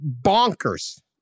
bonkers